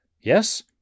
Yes